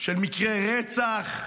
של מקרי רצח,